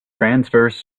transverse